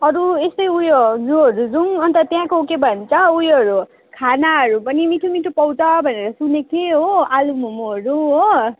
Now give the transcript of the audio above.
अरू यस्तै ऊ यो जुहरू जाऔँ अन्त त्यहाँको के भन्छ ऊ योहरू खानाहरू पनि मीठो मीठो पाउँछ भनेर सुनेको थिएँ हो आलु मोमोहरू हो